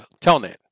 Telnet